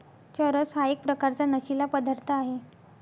चरस हा एक प्रकारचा नशीला पदार्थ आहे